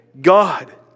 God